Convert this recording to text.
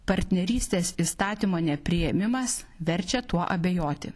partnerystės įstatymo nepriėmimas verčia tuo abejoti